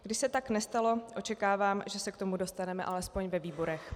Když se tak nestalo, očekávám, že se k tomu dostaneme alespoň ve výborech.